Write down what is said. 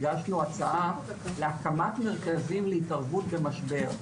הגשנו הצעה להקמת מרכזים להתערבות במשבר.